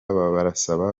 barasaba